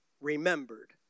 remembered